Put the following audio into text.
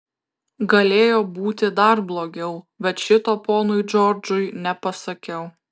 galėjo būti dar blogiau bet šito ponui džordžui nepasakiau